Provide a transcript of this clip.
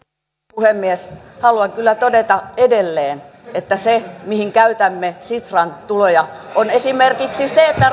puhemies haluan kyllä todeta edelleen että se mihin käytämme sitran tuloja on esimerkiksi se että